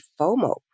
FOMO